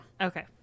okay